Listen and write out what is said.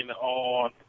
on